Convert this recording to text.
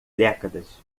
décadas